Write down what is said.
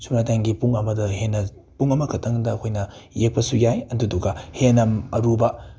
ꯁꯨꯞꯅꯇꯪꯒꯤ ꯄꯨꯡ ꯑꯃꯗꯒꯤ ꯍꯦꯟꯅ ꯄꯨꯡ ꯑꯃ ꯈꯛꯇꯪꯗ ꯑꯩꯈꯣꯏꯅ ꯌꯦꯛꯄꯁꯨ ꯌꯥꯏ ꯑꯗꯨꯗꯨꯒ ꯍꯦꯟꯅ ꯑꯔꯨꯕ